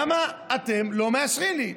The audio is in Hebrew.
למה אתם לא מאשרים לי?